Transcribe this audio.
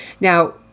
Now